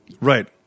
Right